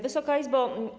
Wysoka Izbo!